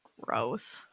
Gross